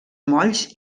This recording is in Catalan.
molls